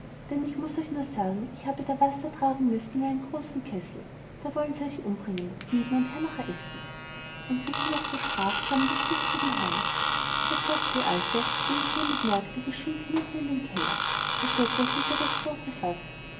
denn ich muß es euch nur sagen ich habe da wasser tragen müssen in einen großen kessel da wollen sie euch umbringen sieden und hernach essen und wie sie noch so sprach kamen die spitzbuben heim da sagte die alte eh mich jemand merkte geschwind hinunter in den keller versteckt euch hinter das große faß